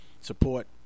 Support